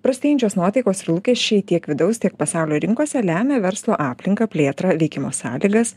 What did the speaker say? prastėjančios nuotaikos ir lūkesčiai tiek vidaus tiek pasaulio rinkose lemia verslo aplinką plėtrą veikimo sąlygas